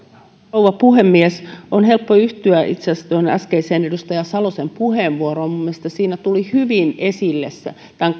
rouva puhemies on itse asiassa helppo yhtyä tuohon äskeiseen edustaja salosen puheenvuoroon minun mielestäni siinä tuli hyvin esille tämän